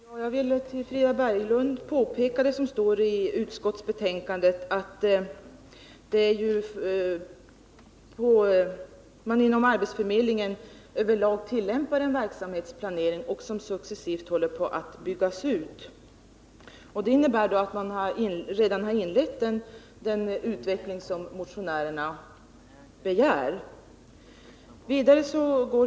Herr talman! Jag vill för Frida Berglund påpeka vad som står i utskottsbetänkandet. Arbetsförmedlingarna över lag tillämpar en verksamhetsplanering som successivt håller på att byggas ut. Det innebär att man redan inlett den utveckling som motionärerna begär.